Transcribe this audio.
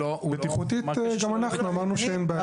בטיחותית גם אנחנו אמרנו שאין בעיה.